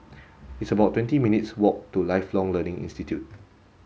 it's about twenty minutes' walk to Lifelong Learning Institute